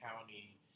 County